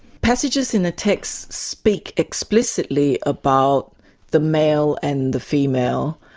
passages in the text speak explicitly about the male and the female,